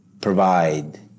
provide